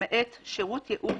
למעט שירות ייעוץ,